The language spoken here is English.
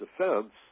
defense